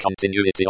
continuity